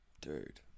dude